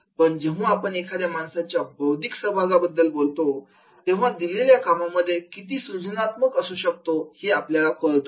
पण जेव्हा आपण एखाद्या माणसाच्या बौद्धिक सहभागाबद्दल बोलतो तेव्हा दिलेल्या कामामध्ये किती सृजनात्मक असू शकतो हे आपल्याला कळतं